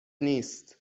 نیست